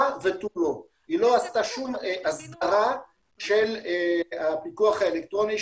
היא לא עשתה שום הסדרה של הפיקוח האלקטרוני,